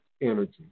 energy